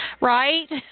Right